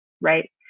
right